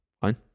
fine